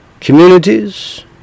communities